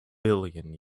billion